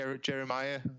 Jeremiah